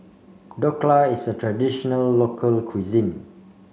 Dhokla is a traditional local cuisine